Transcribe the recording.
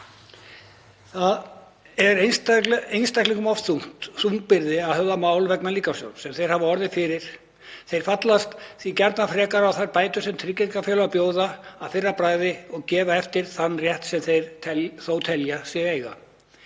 Það er einstaklingum oft þung byrði að höfða dómsmál vegna líkamstjóns sem þeir hafa orðið fyrir. Þeir fallast því gjarnan frekar á þær bætur sem tryggingafélög bjóða að fyrra bragði og gefa eftir þann rétt sem þeir þó telja sig eiga.